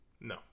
No